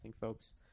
folks